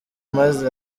maze